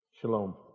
Shalom